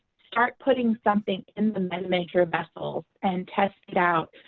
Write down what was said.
start putting something in the meta major vessels and test out.